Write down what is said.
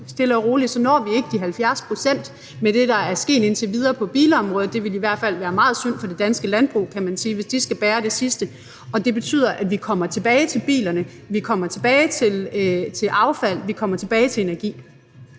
vi lægger det sammen, er, at vi med det, der er sket indtil nu på bilområdet, ikke når de 70 pct. Det ville i hvert fald være meget synd for det danske landbrug, kan man sige, hvis de skal bære det sidste. Og det betyder, at vi kommer tilbage til bilerne, at vi kommer tilbage til spørgsmålet om affald og vi kommer tilbage til det